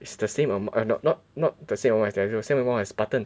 it's the same amount not not the same amount as Ezreal same amount as Button